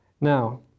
Now